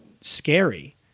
scary